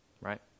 right